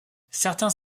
certains